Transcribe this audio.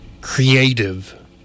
creative